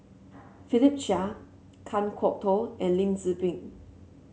Philip Chia Kan Kwok Toh and Lim Tze Peng